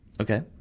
Okay